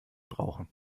brauchen